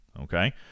okay